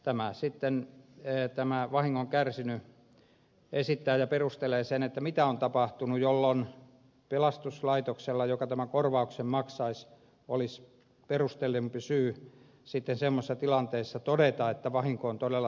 tämä vahingon kärsinyt sitten esittää ja perustelee mitä on tapahtunut jolloin pelastuslaitoksella joka tämä korvauksen maksaisi olisi perustellumpi syy sitten semmoisessa tilanteessa todeta että vahinko on todella tapahtunut